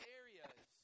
areas